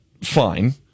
fine